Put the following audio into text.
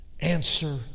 answer